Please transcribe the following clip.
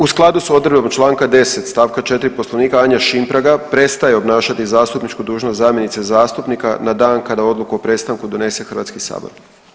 U skladu s odredbom Članka 10. stavka 4. Poslovnika Anja Šimpraga prestaje obnašati zastupničku dužnost zamjenice zastupnika na dan kada odluku o prestanku donese Hrvatski sabor.